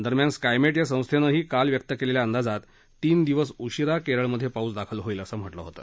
दरम्यान स्कायमेट या संस्थेनं काल व्यक्त केलेल्या अंदाजातही तीन दिवस उशिरा केरळमध्ये पाऊस दाखल होईल असं म्हटलं होतं